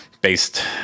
based